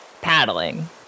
paddling